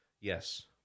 Yes